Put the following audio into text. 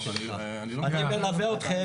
אני מלווה אתכם